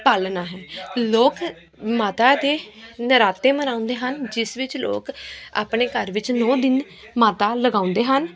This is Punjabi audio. ਪਾਲਣਾ ਹੈ ਲੋਕ ਮਾਤਾ ਦੇ ਨਰਾਤੇ ਮਨਾਉਂਦੇ ਹਨ ਜਿਸ ਵਿੱਚ ਲੋਕ ਆਪਣੇ ਘਰ ਵਿੱਚ ਨੌਂ ਦਿਨ ਮਾਤਾ ਲਗਾਉਂਦੇ ਹਨ